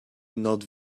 not